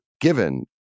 given